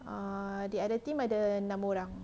err the other team ada enam orang